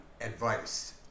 advice